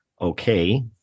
okay